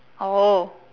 oh